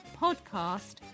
podcast